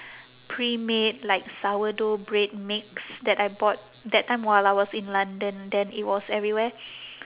pre-made like sourdough bread mix that I bought that time while I was in london then it was everywhere